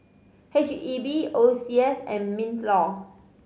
H E B O C S and MinLaw